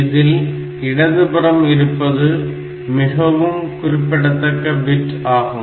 இதில் இடதுபுறம் இருப்பது மிகவும் குறிப்பிடத்தக்க பிட் ஆகும்